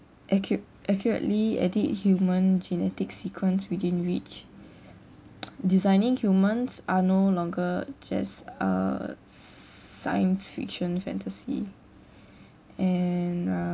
accu~ accurately edit human genetic sequence within reach designing humans are no longer just a science fiction fantasy and